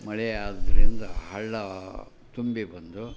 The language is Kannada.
ಮಳೆ ಆದ್ದರಿಂದ ಹಳ್ಳ ತುಂಬಿ ಬಂದು